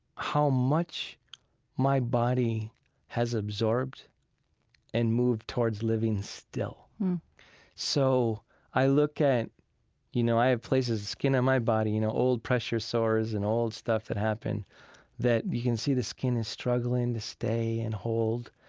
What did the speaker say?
how much my body has absorbed and moved toward living still so i look at you know, i have places skin on my body, you know, old pressure sores and old stuff that happened that you can see the skin is struggling to stay and hold.